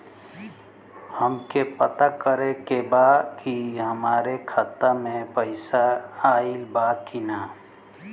हमके पता करे के बा कि हमरे खाता में पैसा ऑइल बा कि ना?